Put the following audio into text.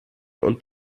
und